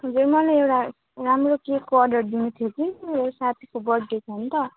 हजुर मलाई एउटा राम्रो केकको अर्डर दिनु थियो कि साथीको बर्थडे छ नि त